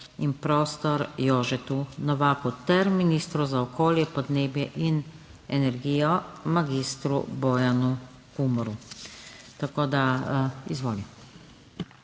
in prostor Jožetu Novaku ter ministru za okolje, podnebje in energijo mag. Bojanu Kumru. Izvoli.